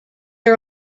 are